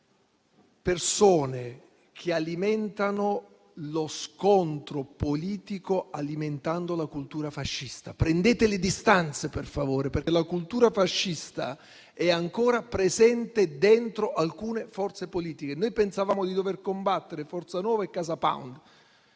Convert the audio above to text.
persone che alimentano lo scontro politico, alimentando la cultura fascista. Prendete le distanze, per favore, perché la cultura fascista è ancora presente dentro alcune forze politiche. Noi pensavamo di dover combattere Forza Nuova e CasaPound,